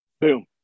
Boom